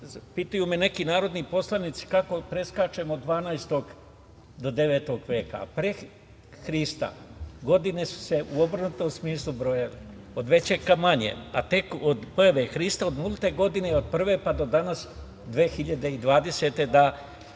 pitaju me neki narodni poslanici kako preskačemo od 12. do 9. veka, a pre Hrista godine su se u obrnutom smislu brojale, od većeg ka manjem, a tek od prve Hrista, nulte godine od prve pa do danas 2020.